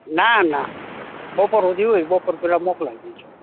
ના ના બપોર સુધી હોય બપોર પહેલાં મોકલાવી દેજો